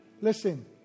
Listen